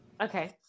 Okay